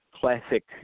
classic